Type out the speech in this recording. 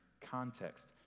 context